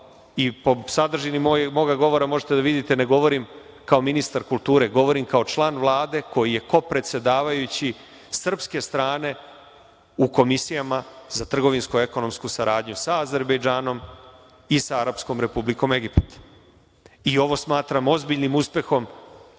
i po sadržini moga govora, možete da vidite da ne govorim kao ministar kulture, govorim kao član Vlade koji je koopredsedavajući srpske strane u komisijama za trgovinsko-ekonomsku saradnju sa Azerbejdžan i sa Arapskom Republikom Egipat i ovo smatram ogromnim uspehom,